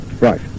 right